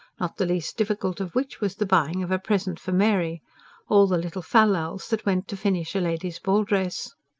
not the least difficult of which was the buying of a present for mary all the little fal-lals that went to finish a lady's ball-dress.